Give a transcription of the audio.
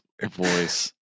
voice